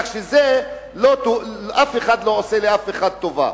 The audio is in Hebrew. כך שאף אחד לא עושה לאף אחד טובה.